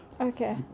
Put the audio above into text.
Okay